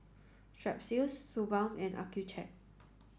Strepsils Suu balm and Accucheck